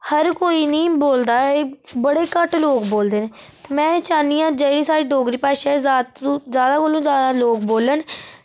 हर कोई निं बोलदा एह् बड़े घट्ट लोग बोलदे न ते में एह् चाह्न्नी आं जेह्ड़ी साढ़ी डोगरी भाशा एह् जैदा तो जैदा कोलो जैदा लोक बोलन